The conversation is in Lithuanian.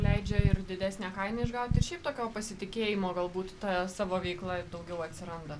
leidžia ir didesnę kainą išgaut ir šiaip tokio pasitikėjimo galbūt ta savo veikla daugiau atsiranda